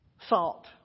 Salt